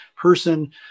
person